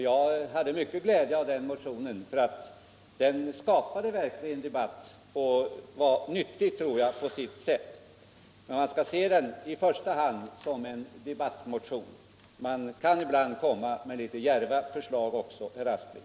Jag hade mycken glädje av den, eftersom den också skapade debatt och jag tror att den på sitt sätt var nyttig. Man skall dock i första hand se den som en debattmotion. Man kan ibland komma med litet djärva förslag, herr Aspling.